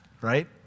right